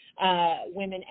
women